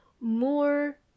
more